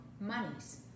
monies